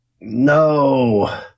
No